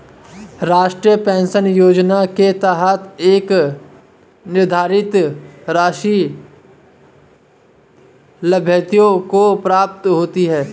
राष्ट्रीय पेंशन योजना के तहत एक निर्धारित राशि लाभार्थियों को प्राप्त होती है